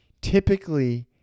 Typically